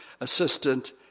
assistant